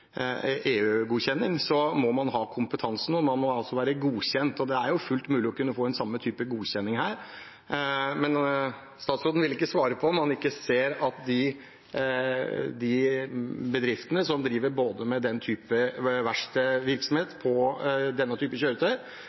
må man ha kompetansen, og man må være godkjent. Det er jo fullt mulig å få samme type godkjenning her, men statsråden vil ikke svare på om han ikke ser at de bedriftene som driver med verkstedvirksomhet på denne typen kjøretøy, og som stort sett bare driver med